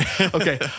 Okay